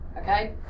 okay